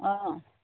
অঁ অঁ